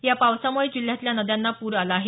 या पावसामुळे जिल्ह्यातल्या नद्यांना पूर आला आहे